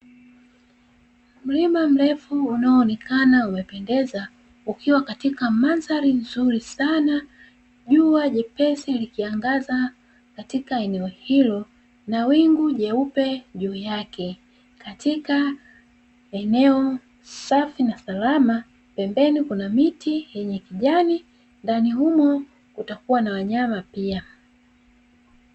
Mlima mrefu unaonekana umependeza, ukiwa katika mandhari nzuri sana. Jua jepesi likiangaza katika eneo hilo, na wingu jeupe juu yake. Katika eneo safi na salama, pembeni kuna miti yenye kijani ndani humo kutakua na wanyama pia.